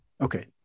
Okay